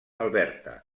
alberta